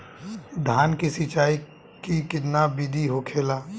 धान की सिंचाई की कितना बिदी होखेला?